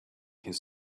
his